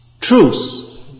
truth